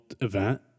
event